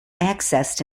accessed